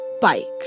bike